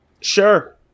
Sure